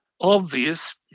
obvious